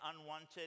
unwanted